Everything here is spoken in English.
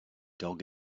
dog